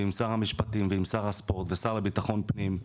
ועם שר המשפטים ועם שר הספורט והשר לביטחון הפנים,